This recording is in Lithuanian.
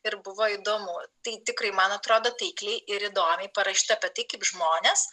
ir buvo įdomu tai tikrai man atrodo taikliai ir įdomiai parašyta apie tai kaip žmonės